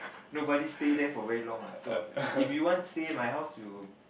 nobody stay there for very long ah so if you want stay my house you